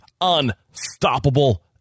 Unstoppable